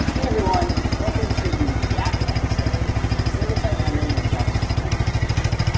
everyone. welcome to the react episode in the server side rendering with javascript framework series.